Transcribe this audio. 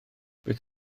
beth